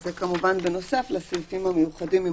זה כמובן בנוסף לסעיפים המאוחדים עם